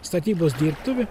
statybos dirbtuvė